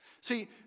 See